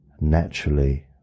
naturally